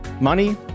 Money